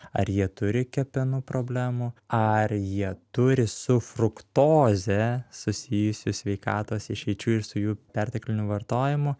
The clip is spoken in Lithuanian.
ar jie turi kepenų problemų ar jie turi su fruktoze susijusių sveikatos išeičių ir su jų pertekliniu vartojimu